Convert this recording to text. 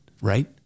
right